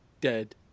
Dead